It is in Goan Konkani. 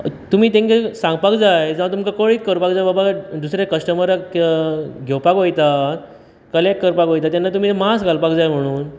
तुमी तांकां सांगपाक जाय जाव तांकां कळीत करपाक जाय बाबा दुसरे कश्टमराक घेवपाक वयतात कलेक्ट करपाक वयतात तेन्ना तुमी मास्क घालपाक जाय म्हणून